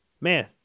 man